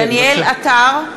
דניאל עטר,